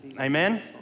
Amen